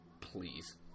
Please